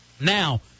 now